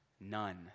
None